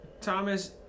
Thomas